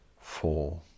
four